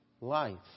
life